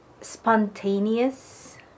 spontaneous